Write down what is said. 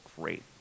great